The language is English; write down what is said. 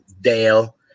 Dale